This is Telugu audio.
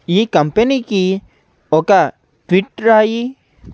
ఈ కంపెనీకి ఒక ట్వీట్ రాయి